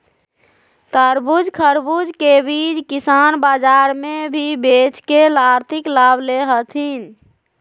तरबूज, खरबूज के बीज किसान बाजार मे भी बेच के आर्थिक लाभ ले हथीन